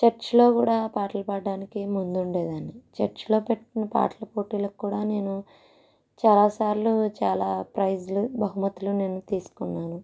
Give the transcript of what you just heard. చర్చిలో కూడా పాటలు పాడటానికి ముందుండేదాన్ని చర్చిలో పెట్టిన పాటల పోటీలకు కూడా నేను చాలా సార్లు చాలా ప్రైజ్లు బహుమతులు నేను తీసుకున్నాను